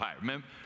remember